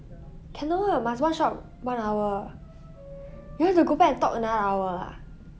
cannot must one shot one hour you want to go back and talk another hour ah